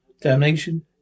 Damnation